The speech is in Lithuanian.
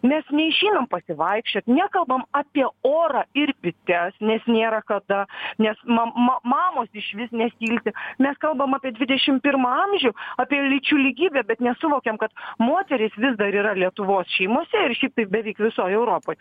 mes neišeiname pasivaikščiot nekalbam apie orą ir bites nes nėra kada nes ma mamos išvis nesiilsi mes kalbam apie dvidešimt pirmą amžių apie lyčių lygybę bet nesuvokiam kad moterys vis dar yra lietuvos šeimose ir šitaip beveik visoj europoj